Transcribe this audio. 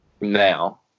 now